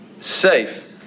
safe